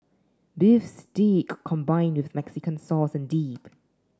beef steak combined with Mexican sauce and dip